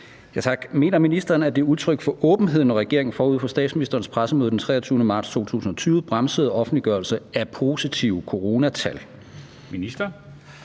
Tak. Mener ministeren, at det er udtryk for åbenhed, når regeringen forud for statsministerens pressemøde den 23. marts 2020 bremsede offentliggørelse af positive coronatal? Kl.